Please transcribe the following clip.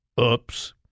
Oops